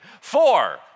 four